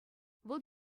вӑл